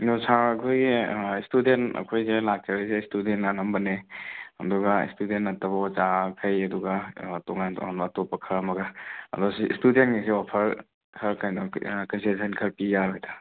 ꯑꯗꯣ ꯁꯥꯔ ꯈꯣꯏꯒꯤ ꯁ꯭ꯇꯨꯗꯦꯟ ꯑꯩꯈꯣꯏꯖꯦ ꯂꯥꯛꯆꯔꯤꯖꯦ ꯁ꯭ꯇꯨꯗꯦꯟꯅ ꯑꯅꯝꯕꯅꯦ ꯑꯗꯨꯒ ꯁ꯭ꯇꯨꯗꯦꯟ ꯅꯠꯇꯕ ꯑꯣꯖꯥꯈꯩ ꯑꯗꯨꯒ ꯇꯣꯉꯥꯟ ꯇꯣꯉꯥꯟꯕ ꯑꯇꯣꯞꯄ ꯈꯥꯔ ꯑꯃꯒ ꯑꯗꯣ ꯁꯤ ꯁ꯭ꯇꯨꯗꯦꯟꯒꯩꯖꯦ ꯑꯣꯐꯔ ꯈꯔ ꯀꯩꯅꯣ ꯀꯟꯁꯦꯁꯟ ꯈꯔ ꯄꯤ ꯌꯥꯔꯣꯏꯗ꯭ꯔꯥ